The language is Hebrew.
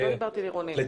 לא דיברתי על עיר עולים.